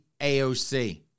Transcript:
AOC